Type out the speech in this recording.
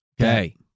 Okay